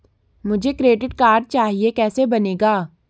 मुझे credit card चाहिए कैसे बनेगा?